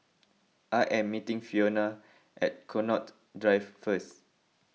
I am meeting Fiona at Connaught Drive first